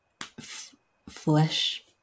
flesh